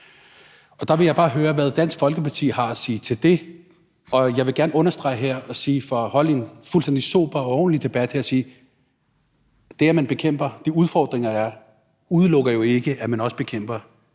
Der vil jeg bare høre, hvad Dansk Folkeparti har at sige til det. Og jeg vil gerne understrege her, for at holde en fuldstændig sober og ordentlig debat, at det, at man bekæmper de udfordringer, der er, jo ikke udelukker, at man også bekæmper